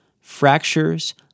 fractures